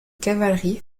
cavalerie